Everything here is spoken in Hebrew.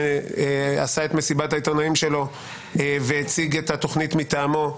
כשעשה את מסיבת העיתונאים שלו והציג את התוכנית מטעמו,